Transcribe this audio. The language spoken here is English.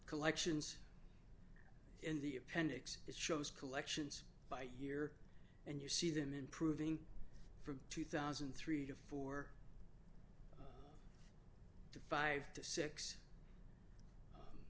collections in the appendix that shows collections by year and you see them improving from two thousand and three to four to five to six